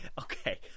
Okay